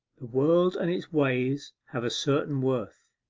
the world and its ways have a certain worth,